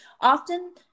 often